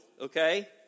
okay